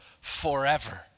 forever